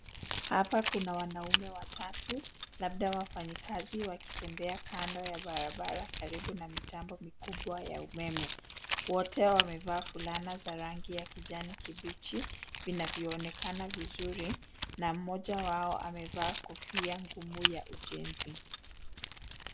Hapa kuna wanaume watatu, labda wafanyikazi wakitembea kando ya barabara karibu na mitambo mikubwa ya umeme. Wote wamevaa fulana za rangi ya kijani kibichi vinavyoonekana vizuri, na mmoja wao amevaa kofia ngumu ya ujenzi.